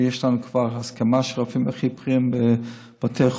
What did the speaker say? ויש לנו כבר הסכמה של הרופאים הכי בכירים בבתי חולים,